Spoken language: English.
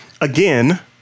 Again